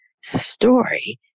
story